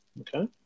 okay